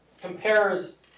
compares